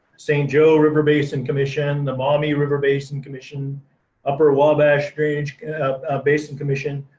st. joe river basin commission, the maumee river basin commission upper wabash branch ah basin commission.